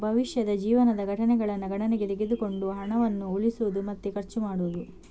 ಭವಿಷ್ಯದ ಜೀವನದ ಘಟನೆಗಳನ್ನ ಗಣನೆಗೆ ತೆಗೆದುಕೊಂಡು ಹಣವನ್ನ ಉಳಿಸುದು ಮತ್ತೆ ಖರ್ಚು ಮಾಡುದು